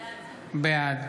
בעד